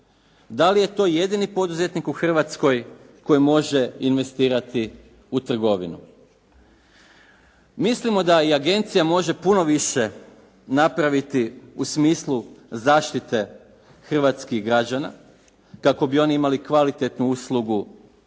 Dali je to jedini poduzetnik u Hrvatskoj koji može investirati u trgovinu? Mislimo da i agencija može puno više napraviti u smislu zaštite hrvatskih građana kako bi oni imali kvalitetnu uslugu